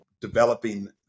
developing